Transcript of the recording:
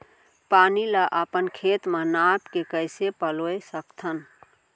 पानी ला अपन खेत म नाप के कइसे पलोय सकथन?